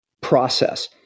process